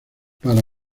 para